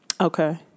Okay